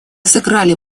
сыграли